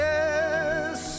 Yes